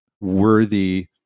worthy